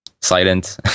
silent